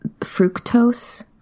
fructose